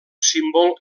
símbol